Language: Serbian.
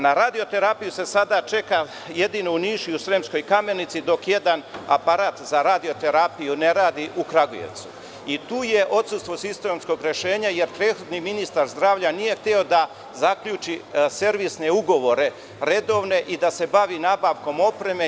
Na radio-terapiju se čeka jedino u Nišu i Sremskoj Kamenici dok jedan aparat za radio-terapiju ne radi u Kragujevcu i tu je odsustvo sistemskog rešenja, jer prethodni ministar zdravlja nije hteo da zaključi servisne ugovore redovne i da se bavi nabavkom opreme.